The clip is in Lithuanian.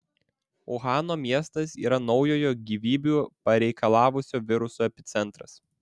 uhano miestas yra naujojo gyvybių pareikalavusio viruso epicentras